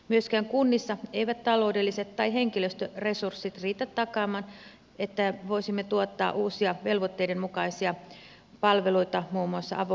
myöskään kunnissa eivät taloudelliset tai henkilöstöresurssit riitä takaamaan että voisimme tuottaa uusia velvoitteiden mukaisia palveluita muun muassa avohuollon puolella